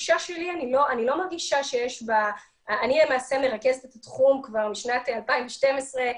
אני למעשה מרכזת את התחום כבר משנת 2012,